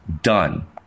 done